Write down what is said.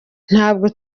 ntabwo